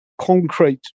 concrete